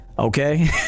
Okay